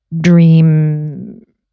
dream